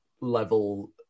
level